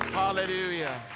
hallelujah